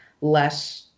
less